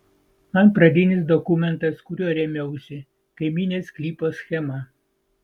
man pradinis dokumentas kuriuo rėmiausi kaimynės sklypo schema